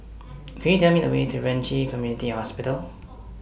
Can YOU Tell Me The Way to Ren Ci Community Hospital